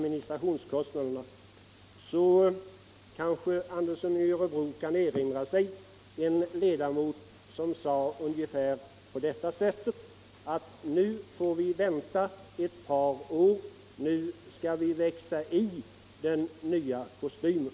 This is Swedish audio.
ministrationskostnaderna var det — som kanske herr Andersson i Örebro kan erinra sig — en ledamot som sade ungefär på detta sätt: Nu får vi vänta ett par år, nu skall vi växa i den nya kostymen.